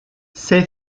ces